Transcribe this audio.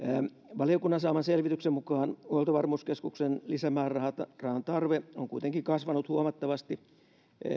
valiokunnan saaman selvityksen mukaan huoltovarmuuskeskuksen lisämäärärahan tarve on kuitenkin kasvanut huomattavasti